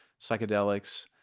psychedelics